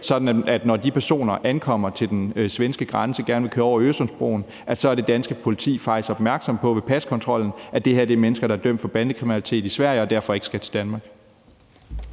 at når de personer ankommer til den svenske grænse og gerne vil køre over Øresundsbroen, er det danske politi faktisk opmærksom på ved paskontrollen, at det her er mennesker, der er dømt for bandekriminalitet i Sverige og derfor ikke skal til Danmark.